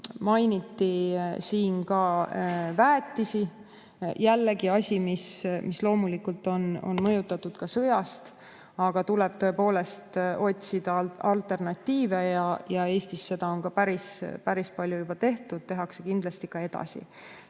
mainiti ka väetisi. Jällegi asi, mis loomulikult on mõjutatud ka sõjast, aga tuleb tõepoolest otsida alternatiive. Eestis on seda päris palju juba tehtud, tehakse kindlasti ka edasi.